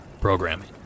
programming